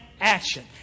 action